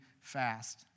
fast